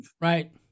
right